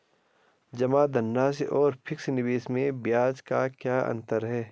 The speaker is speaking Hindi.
जमा धनराशि और फिक्स निवेश में ब्याज का क्या अंतर है?